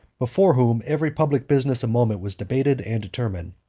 before whom every public business of moment was debated and determined.